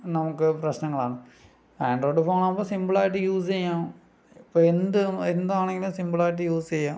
നമുക്ക് പ്രശ്നങ്ങളാണ് ആൻഡ്രോയിഡ് ഫോണാകുമ്പം സിംപിളായിട്ട് യൂസെയ്യാം ഇപ്പോൾ എന്ത് എന്താണെങ്കിലും സിംപിളായിട്ടു യൂസെയ്യാം